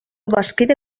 bazkide